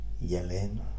yelling